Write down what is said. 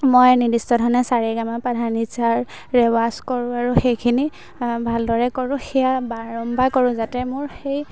মই নিৰ্দিষ্ট ধৰণে সাৰেগামাপাধানিসা ৰ ৰেৱাজ কৰোঁ আৰু সেইখিনি ভালদৰে কৰোঁ সেয়া বাৰম্বাৰ কৰোঁ যাতে মোৰ সেই